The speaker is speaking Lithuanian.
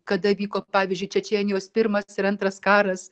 kada vyko pavyzdžiui čečėnijos pirmas ir antras karas